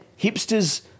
hipsters